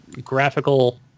graphical